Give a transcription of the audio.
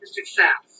success